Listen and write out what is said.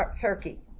turkey